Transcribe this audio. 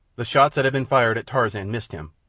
the shots that had been fired at tarzan missed him,